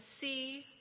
see